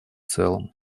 целом